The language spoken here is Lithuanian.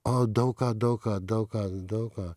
o daug ką daug ką daug ką daug ką